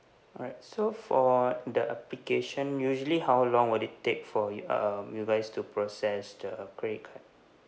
alright so for the application usually how long will it take for you um you guys to process the credit card